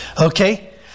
Okay